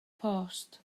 post